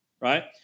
right